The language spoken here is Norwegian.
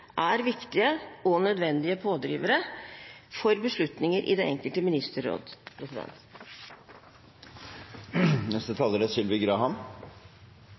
er viktige og nødvendige pådrivere for beslutninger i det enkelte ministerråd.